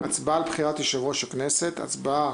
7.הצבעה